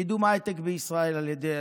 קידום ההייטק בישראל, על ידי